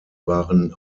waren